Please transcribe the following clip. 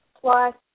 plus